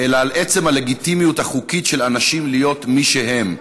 אלא על עצם הלגיטימיות החוקית של אנשים להיות מי שהם,